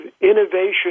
innovation